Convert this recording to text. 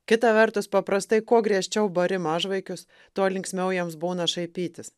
kita vertus paprastai kuo griežčiau bari mažvaikius tuo linksmiau jiems būna šaipytis